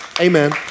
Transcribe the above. amen